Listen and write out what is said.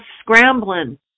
scrambling